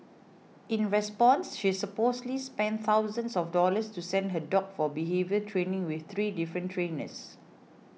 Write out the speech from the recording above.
in response she supposedly spent thousands of dollars to send her dog for behaviour training with three different trainers